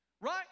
right